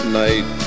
night